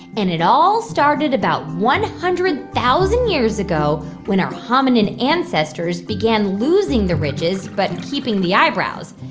and it all started about one hundred thousand years ago when our hominin ancestors began losing the ridges but keeping the eyebrows.